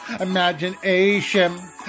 Imagination